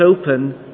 open